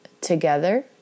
together